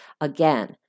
Again